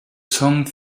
song